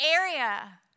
area